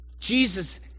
Jesus